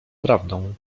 prawdą